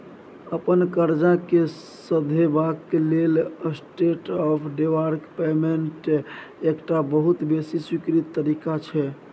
अपन करजा केँ सधेबाक लेल स्टेंडर्ड आँफ डेफर्ड पेमेंट एकटा बहुत बेसी स्वीकृत तरीका छै